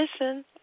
listen